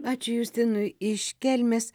ačiū justinui iš kelmės